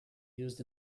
used